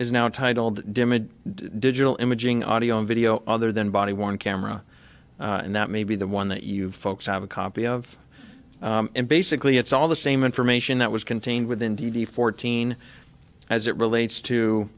demitted digital imaging audio video other than body one camera and that may be the one that you folks have a copy of and basically it's all the same information that was contained within d d fourteen as it relates